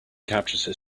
capturing